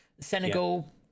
Senegal